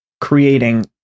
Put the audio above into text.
creating